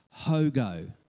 HOGO